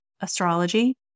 astrology